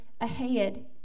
ahead